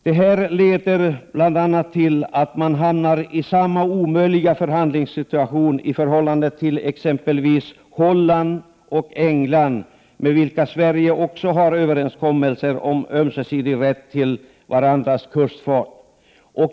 Detta leder bl.a. till att man hamnar i samma omöjliga förhandlingssituation i förhållande till exempelvis Holland och England med vilka Sverige också har överenskommelser om ömsesidig rätt till varandras kustfart.